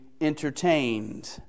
entertained